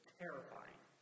terrifying